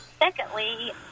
Secondly